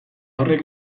horrek